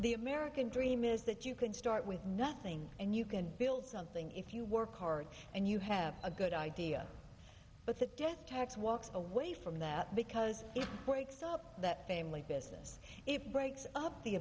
the american dream is that you can start with nothing and you can build something if you work hard and you have a good idea but to walk away from that because that family business it breaks up the